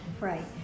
Right